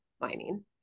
mining